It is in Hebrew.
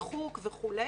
ריחוק וכו'